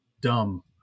dumb